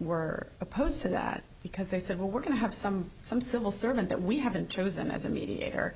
were opposed to that because they said well we're going to have some some civil servant that we haven't chosen as a mediator